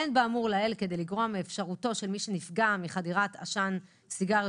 אין באמור לעיל כדי לגרוע מאפשרותו של מי שנפגע מחדירת עשן סיגריות